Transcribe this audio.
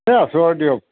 এ আছোঁ আৰু দিয়ক